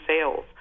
sales